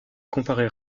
comparer